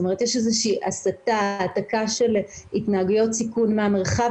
יש איזושהי העתקה של התנהגויות סיכון מהמרחב